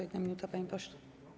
1 minuta, panie pośle.